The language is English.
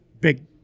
big